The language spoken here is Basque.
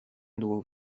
dugu